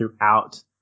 throughout